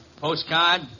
Postcard